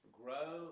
grow